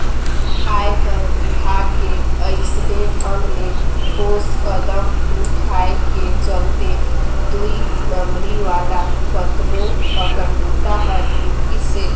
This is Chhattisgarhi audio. आयकर विभाग के अइसने ढंग ले ठोस कदम उठाय के चलते दुई नंबरी वाला केतनो अकन बूता हर रूकिसे